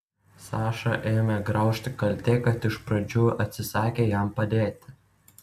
sašą ėmė graužti kaltė kad iš pradžių atsisakė jam padėti